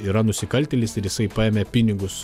yra nusikaltėlis ir jisai paėmė pinigus